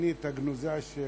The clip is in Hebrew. שהתוכנית הגנוזה של